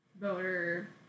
voter